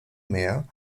mehr